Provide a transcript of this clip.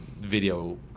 video